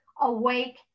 awake